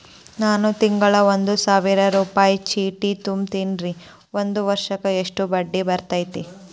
ನಾನು ತಿಂಗಳಾ ಒಂದು ಸಾವಿರ ರೂಪಾಯಿ ಚೇಟಿ ತುಂಬತೇನಿ ಒಂದ್ ವರ್ಷಕ್ ಎಷ್ಟ ಬಡ್ಡಿ ಬರತೈತಿ?